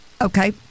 Okay